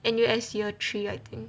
N_U_S year three I think